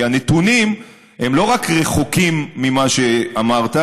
הנתונים לא רק רחוקים ממה שאמרת,